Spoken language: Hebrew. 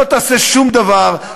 לא תעשה שום דבר,